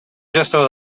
gestor